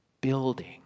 building